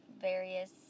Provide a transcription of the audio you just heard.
various